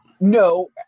no